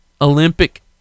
Olympic